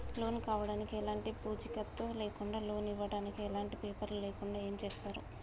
Loan కావడానికి ఎలాంటి పూచీకత్తు లేకుండా లోన్ ఇవ్వడానికి ఎలాంటి పేపర్లు లేకుండా ఏం చేస్తారు?